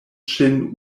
ŝin